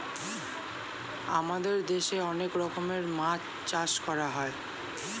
আমাদের দেশে অনেক রকমের মাছ চাষ করা হয়